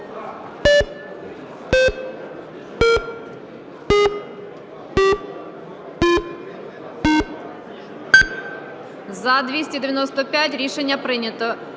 За-295 Рішення прийнято.